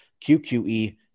QQE